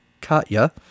Katya